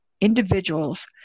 individuals